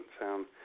sound